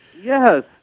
Yes